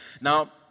Now